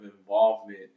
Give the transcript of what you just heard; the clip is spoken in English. involvement